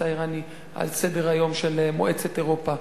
האירני על סדר-היום של מועצת אירופה.